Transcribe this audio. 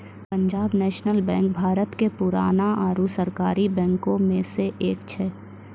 Punjab national bank Bharat के पुराना आरु सरकारी बैंको मे से एक छै